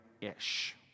ish